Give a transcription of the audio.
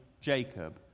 Jacob